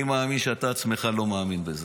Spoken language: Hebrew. אני מאמין שאתה עצמך לא מאמין בזה.